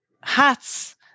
hats